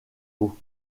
beau